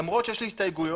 למרות שיש לי הסתייגויות.